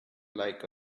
like